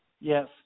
Yes